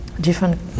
different